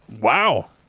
Wow